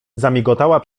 zamigotała